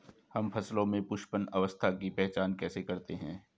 हम फसलों में पुष्पन अवस्था की पहचान कैसे करते हैं?